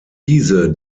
diese